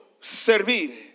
servir